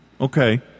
Okay